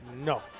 No